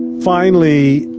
finally,